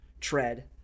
tread